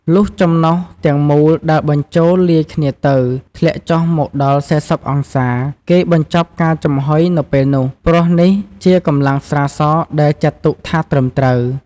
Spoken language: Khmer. លុះចំណុះទាំងមូលដែលបញ្ចូលលាយគ្នាទៅ ធ្លាក់ចុះមកដល់៤០អង្សា គេបញ្ចប់ការចំហុយនៅពេលនោះ ព្រោះនេះជាកម្លាំងស្រាសដែលចាត់ទុកថាត្រឹមត្រូវ។